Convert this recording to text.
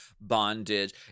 bondage